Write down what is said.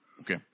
Okay